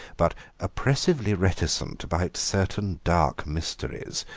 but oppressively reticent about certain dark mysteries,